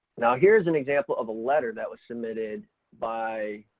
now, here's an example of a letter that was submitted by